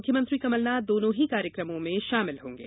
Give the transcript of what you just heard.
मुख्यमंत्री कमलनाथ दोनों ही कार्यक्रमों में शामिल होंगे